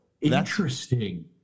interesting